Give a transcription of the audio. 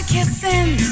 kissing